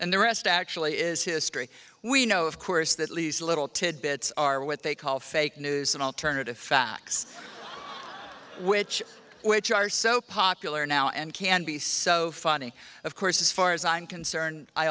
and the rest actually is history we know of course that lisa little tid bits are what they call fake news and alternative facts which which are so popular now and can be so funny of course as far as i'm concerned i